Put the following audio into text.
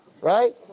Right